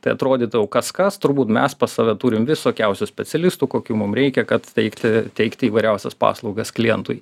tai atrodytų jau kas kas turbūt mes pas save turim visokiausių specialistų kokių mum reikia kad teikti teikti įvairiausias paslaugas klientui